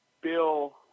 bill